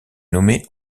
nommé